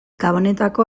gabonetako